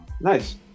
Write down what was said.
Nice